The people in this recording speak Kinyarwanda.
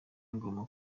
ingoma